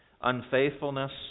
unfaithfulness